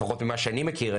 לפחות ממה שאני מכיר,